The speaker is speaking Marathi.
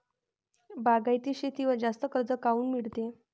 बागायती शेतीवर जास्त कर्ज काऊन मिळते?